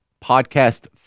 podcast